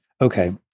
okay